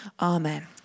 amen